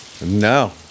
No